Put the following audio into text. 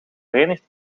verenigd